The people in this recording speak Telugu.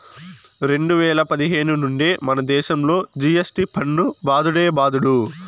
రెండు వేల పదిహేను నుండే మనదేశంలో జి.ఎస్.టి పన్ను బాదుడే బాదుడు